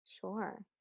Sure